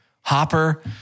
Hopper